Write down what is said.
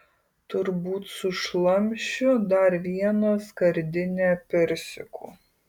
turbūt sušlamšiu dar vieną skardinę persikų